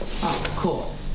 cool